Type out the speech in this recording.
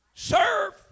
serve